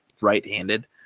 right-handed